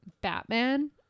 Batman